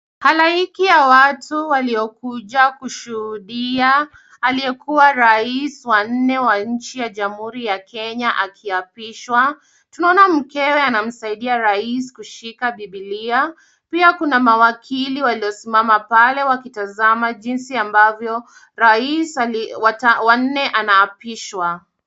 Halaiki ya watu waliokuja kushuhudia aliyekua rais wa nne wa nchi ya jamhuri ya Kenya akiapishwa, tunaona mkewe anamsaidia rais kushika biblia. Pia kuna mawakili waliosimama pale wakitazama jinsi ambavyo rais wa nne anaapishwa.